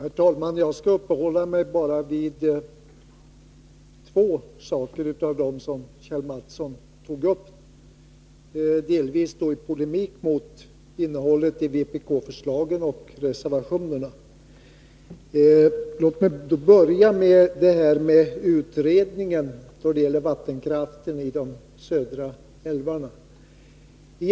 Herr talman! Jag skall uppehålla mig bara vid två saker av dem som Kjell Mattsson tog upp, delvis i polemik mot innehållet i vpk-förslagen och reservationerna. Låt mig då börja med utredningen om vattenkraften i de södra älvarna.